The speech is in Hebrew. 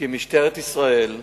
כמשטרת ישראל,